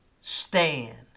stand